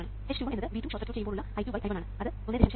h21 എന്നത് V2 short circuit ചെയ്യുമ്പോഴുള്ള I2 I1 ആണ് അത് 1